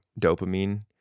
dopamine